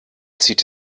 zieht